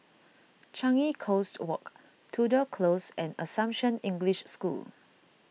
Changi Coast Walk Tudor Close and Assumption English School